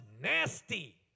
nasty